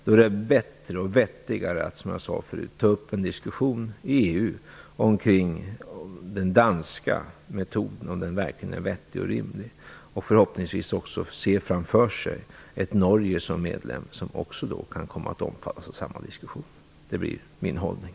Då är det bättre och vettigare att, som jag sade förut, ta upp en diskussion i EU om den danska metoden verkligen är vettig och rimlig, och se framför sig ett Norge som medlem som förhoppningsvis också kan komma att omfattas av samma diskussion. Det blir min hållning.